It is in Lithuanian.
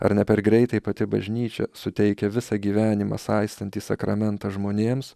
ar ne per greitai pati bažnyčia suteikia visą gyvenimą saistantį sakramentą žmonėms